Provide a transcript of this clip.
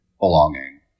belonging